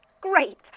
Great